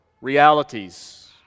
realities